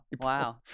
wow